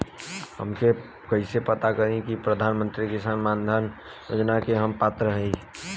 हम कइसे पता करी कि प्रधान मंत्री किसान मानधन योजना के हम पात्र हई?